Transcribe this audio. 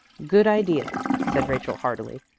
good idea, said rachel heartily.